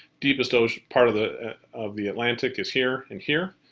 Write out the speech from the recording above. deepest ah part of the of the atlantic is here and here.